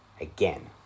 again